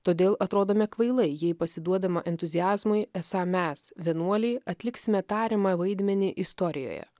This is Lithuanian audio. todėl atrodome kvailai jei pasiduodama entuziazmui esą mes vienuoliai atliksime tariamą vaidmenį istorijoje